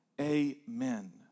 amen